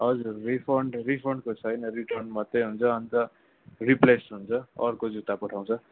हजुर रिफन्ड रिफन्डको छैन रिटर्न मात्रै हुन्छ अन्त रिप्लेस हुन्छ अर्को जुत्ता पठाउँछ